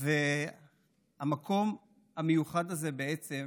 והמקום המיוחד הזה בעצם